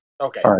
Okay